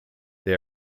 they